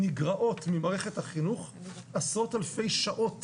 נגרעות ממערכת החינוך עשרות אלפי שעות